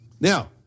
Now